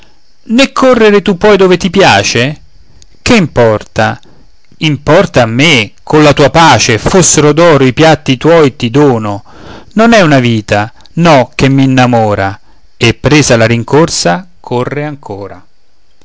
né correre tu puoi dove ti piace che importa importa a me colla tua pace fossero d'oro i piatti tuoi ti dono non è una vita no che m'innamora e presa la rincorsa corre ancora